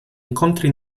incontri